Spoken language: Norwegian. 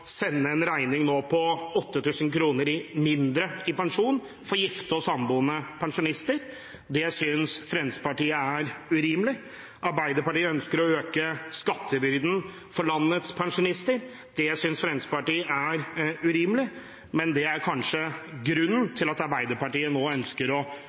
sende en regning på 8 000 kr i mindre pensjon til gifte og samboende pensjonister. Det synes Fremskrittspartiet er urimelig. Arbeiderpartiet ønsker å øke skattebyrden for landets pensjonister. Det synes Fremskrittspartiet er urimelig. Men det er kanskje grunnen til at Arbeiderpartiet nå ønsker å